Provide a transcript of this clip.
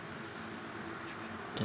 okay